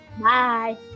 Bye